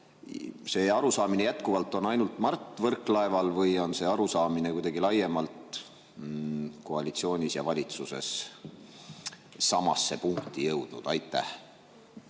see arusaamine jätkuvalt on ainult Mart Võrklaeval või on see arusaamine kuidagi laiemalt koalitsioonis ja valitsuses samasse punkti jõudnud. Aitäh,